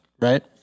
right